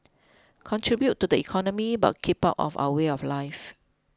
contribute to the economy but keep out of our way of life